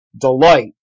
Delight